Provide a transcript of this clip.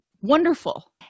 wonderful